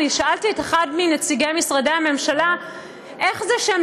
אני שאלתי אחד מנציגי משרדי הממשלה איך זה שהם